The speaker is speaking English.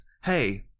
hey